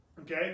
okay